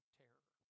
terror